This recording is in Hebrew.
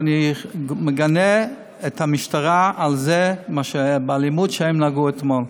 ואני מגנה את המשטרה על האלימות שהם נהגו בה אתמול.